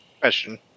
question